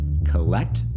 Collect